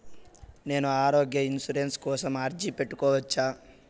నేను ఆరోగ్య ఇన్సూరెన్సు కోసం అర్జీ పెట్టుకోవచ్చా?